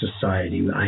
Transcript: society